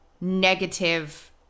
negative